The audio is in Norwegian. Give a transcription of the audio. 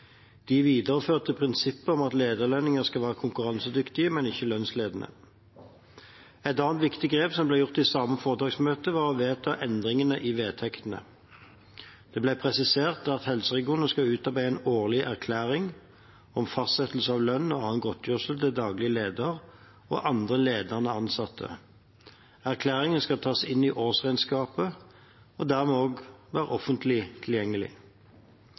De videreførte prinsippet om at lederlønninger skal være konkurransedyktige, men ikke lønnsledende. Et annet viktig grep som ble gjort i samme foretaksmøte, var å vedta endringene i vedtektene. Det ble presisert at helseregionene skal utarbeide en årlig erklæring om fastsettelse av lønn og annen godtgjørelse til daglig leder og andre ledende ansatte. Erklæringen skal tas inn i årsregnskapet og dermed også være offentlig tilgjengelig.